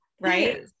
Right